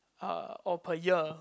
uh or per year